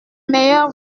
meilleure